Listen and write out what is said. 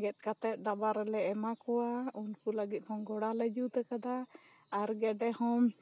ᱜᱮᱫ ᱠᱟᱛᱮ ᱰᱟᱵᱟ ᱨᱮᱞᱮ ᱮᱢᱟ ᱠᱚᱣᱟ ᱩᱱᱠᱩ ᱞᱟ ᱜᱤᱫ ᱦᱚ ᱜᱚᱲᱟᱞᱮ ᱡᱩᱫ ᱠᱟᱫᱟ ᱟᱨ ᱜᱮᱰᱮ ᱦᱚ